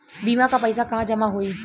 बीमा क पैसा कहाँ जमा होई?